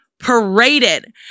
paraded